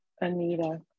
Anita